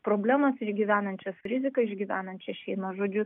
problemas ir į gyvenančias riziką išgyvenančias šeimas žodžiu